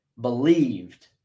believed